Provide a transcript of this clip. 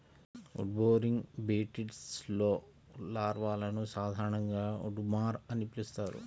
wood boring బీటిల్స్లో లార్వాలను సాధారణంగా ఉడ్వార్మ్ అని పిలుస్తారు